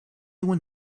when